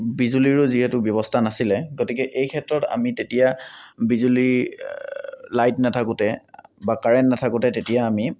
বিজুলীৰো যিহেতু ব্যবস্থা নাছিলে গতিকে এই ক্ষেত্ৰত আমি তেতিয়া বিজুলী লাইট নাথাকোঁতে বা কাৰেণ্ট নাথাকোঁতে তেতিয়া আমি